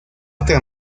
otra